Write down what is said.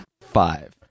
Five